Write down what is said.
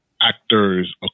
actors